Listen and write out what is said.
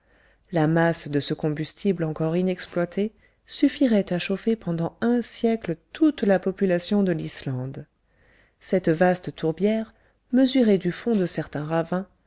la masse de ce combustible encore inexploité suffirait à chauffer pendant un siècle toute la population de l'islande cette vaste tourbière mesurée du fond de certains ravins